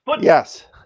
Yes